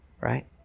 right